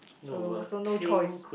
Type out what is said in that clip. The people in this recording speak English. so so no choice